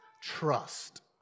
trust